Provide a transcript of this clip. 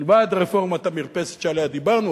מלבד רפורמת המרפסת שעליה דיברנו,